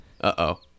Uh-oh